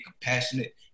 compassionate